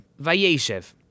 Vayeshev